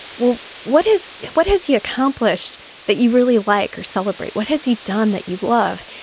well, what has what has he accomplished that you really like or celebrate? what has he done that you love?